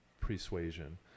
persuasion